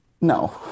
No